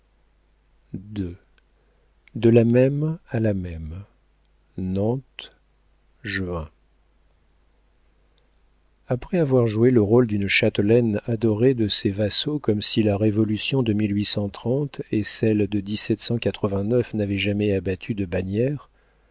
de la même a la même nantes juin après avoir joué le rôle d'une châtelaine adorée de ses vassaux comme si la révolution de et celle de n'avait jamais abattu de bannières